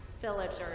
villagers